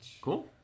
Cool